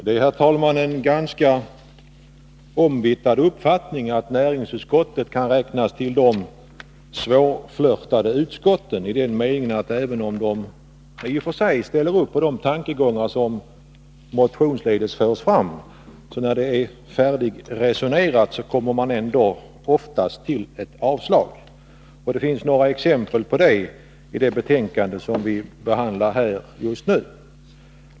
Herr talman! Det är en ganska omvittnad uppfattning att näringsutskottet kan räknas till de svårflirtade utskotten i den meningen att även om utskottet i och för sig ställer upp bakom de tankegångar som motionsledes förs fram, så kommer man oftast ändå till ett avstyrkande när det är färdigresonerat. Det finns några exempel på det i det betänkande som vi behandlar just nu.